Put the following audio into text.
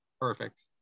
Perfect